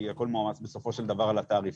כי הכל מועמס בסופו של דבר של התעריף.